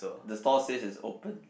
the stall says it's open